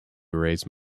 raise